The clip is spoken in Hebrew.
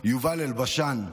יובל אלבשן,